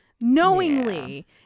knowingly